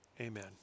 Amen